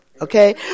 okay